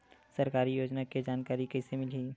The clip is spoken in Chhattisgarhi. सरकारी योजना के जानकारी कइसे मिलही?